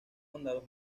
condados